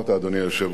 אדוני היושב-ראש,